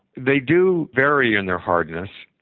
they do vary in their hardness.